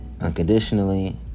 unconditionally